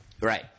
Right